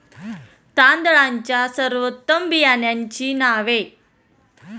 तांदळाच्या सर्वोत्तम बियाण्यांची नावे?